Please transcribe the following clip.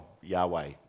Yahweh